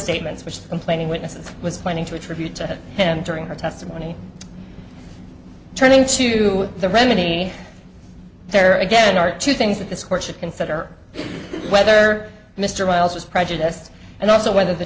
statements which the complaining witness was pointing to attribute to him during her testimony turning to the remedy there again are two things that this court should consider whether mr miles was prejudiced and also whether the